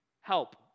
help